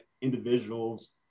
individuals